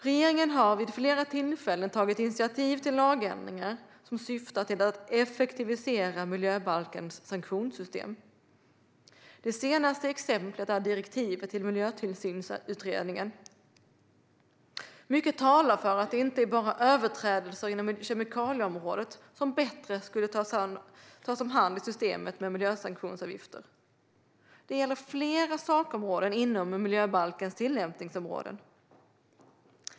Regeringen har vid flera tillfällen tagit initiativ till lagändringar som syftar till att effektivisera miljöbalkens sanktionssystem. Det senaste exemplet är direktiven till Miljötillsynsutredningen. Mycket talar för att det inte bara är överträdelser inom kemikalieområdet som bättre skulle tas om hand i systemet med miljösanktionsavgifter. Det gäller flera sakområden inom miljöbalkens tillämpningsområde.